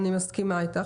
--- אני מסכימה איתך.